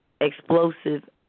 explosive